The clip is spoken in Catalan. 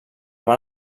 van